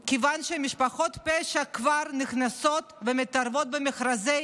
מכיוון שמשפחות פשע כבר נכנסות ומתערבות במכרזי